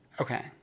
Okay